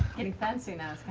getting fancy now,